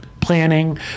planning